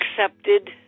accepted